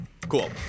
Cool